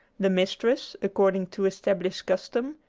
the mistress, according to established custom,